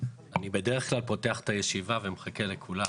אני בדרך כלל פותח את הישיבה ומחכה לכולם.